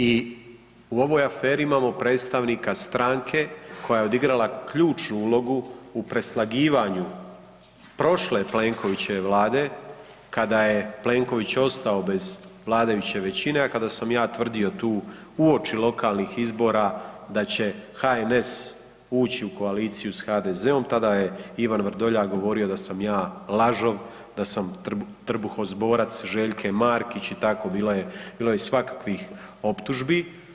I u ovoj aferi imamo predstavnika stranke koja je odigrala ključnu ulogu u preslagivanju prošle Plenkovićeve vlada kada je Plenković ostao bez vladajuće većine, a kada sam ja tvrdio tu uoči lokalnih izbora da će HNS ući u koaliciju s HDZ-om tada je Ivan Vrdoljak govorio da sam ja lažov, da sam trbuhozborac Željke Markić i tako bilo je svakakvih optužbi.